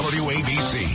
wabc